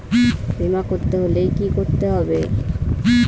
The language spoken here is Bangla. বিমা করতে হলে কি করতে হবে?